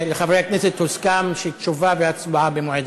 אגב, חברי הכנסת, הוסכם שתשובה והצבעה במועד